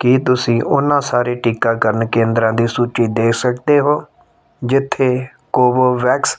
ਕੀ ਤੁਸੀਂ ਉਹਨਾਂ ਸਾਰੇ ਟੀਕਾਕਰਨ ਕੇਂਦਰਾਂ ਦੀ ਸੂਚੀ ਦੇ ਸਕਦੇ ਹੋ ਜਿੱਥੇ ਕੋਵੋਵੈਕਸ